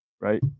right